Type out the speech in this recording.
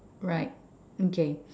right okay